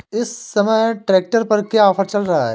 इस समय ट्रैक्टर पर क्या ऑफर चल रहा है?